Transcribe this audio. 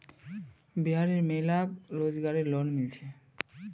बिहार र महिला क रोजगार रऐ लोन मिल छे